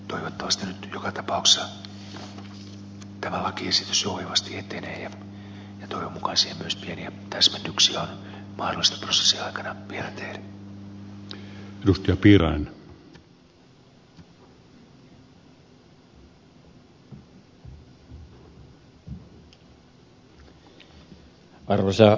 toivottavasti nyt joka tapauksessa tämä lakiesitys jouhevasti etenee ja toivon mukaan siihen myös pieniä täsmennyksiä on mahdollista prosessin aikana vielä tehdä